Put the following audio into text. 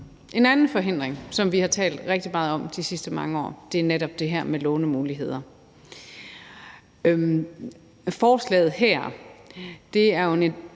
En anden forhindring, som vi har talt rigtig meget om de sidste mange år, er netop det her med lånemuligheder. Forslaget her er jo en